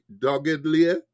doggedly